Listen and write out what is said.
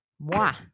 moi